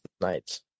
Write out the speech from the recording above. nights